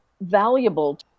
valuable